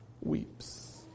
Weeps